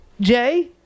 Jay